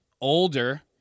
older